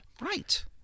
right